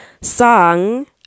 song